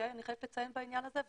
אני חייבת לציין בעניין הזה,